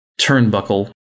Turnbuckle